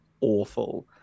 awful